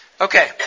Okay